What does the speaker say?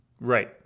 Right